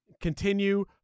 Continue